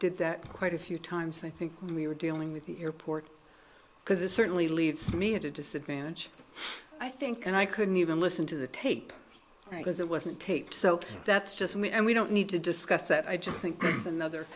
did that quite a few times i think we were dealing with the airport because this certainly leaves me at a disadvantage i think and i couldn't even listen to the tape because it wasn't tape so that's just me and we don't need to discuss that i just think another